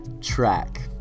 Track